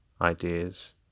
ideas